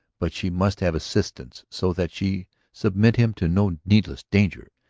but she must have assistance so that she submit him to no needless danger,